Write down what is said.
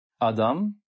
Adam